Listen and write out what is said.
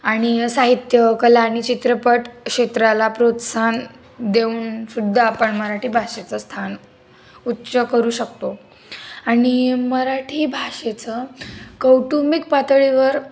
आणि साहित्य कला आणि चित्रपटक्षेत्राला प्रोत्साहन देऊन सुद्धा आपण मराठी भाषेचं स्थान उच्च करू शकतो आणि मराठी भाषेचं कौटुंबिक पातळीवर